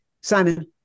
Simon